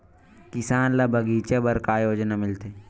किसान ल बगीचा बर का योजना मिलथे?